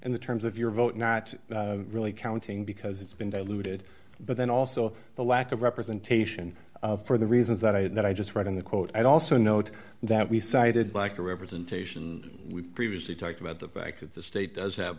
and the terms of your vote not really counting because it's been diluted but then also the lack of representation for the reasons that i that i just read in the quote i'd also note that we cited lack of representation we previously talked about the back of the state does